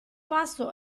passo